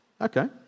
okay